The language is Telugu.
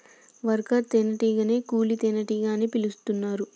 వర్కర్ తేనే టీగనే కూలీ తేనెటీగ అని పిలుతున్నరు